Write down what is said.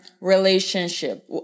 relationship